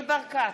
ניר ברקת,